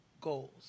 goals